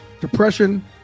depression